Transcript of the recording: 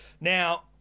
Now